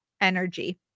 energy